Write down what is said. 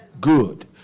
Good